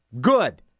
good